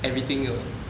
everything will